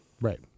right